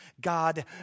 God